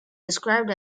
described